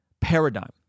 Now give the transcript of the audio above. paradigm